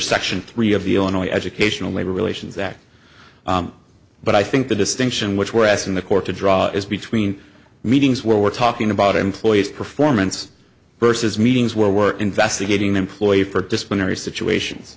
section three of the illinois educational labor relations act but i think the distinction which we're asking the court to draw is between meetings where we're talking about employees performance versus meetings where we're investigating employee for disciplinary situations